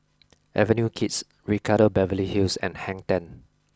Avenue Kids Ricardo Beverly Hills and Hang Ten